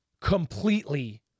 completely